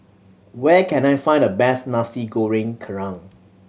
where can I find the best Nasi Goreng Kerang